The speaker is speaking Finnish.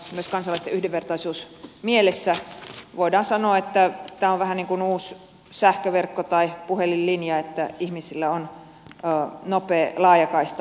myös kansalaisten yhdenvertaisuus mielessä voidaan sanoa että tämä on vähän niin kuin uusi sähköverkko tai puhelinlinja että ihmisillä on nopea laajakaista